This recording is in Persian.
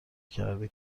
کرده